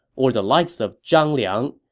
or the likes of zhang liang.